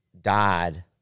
died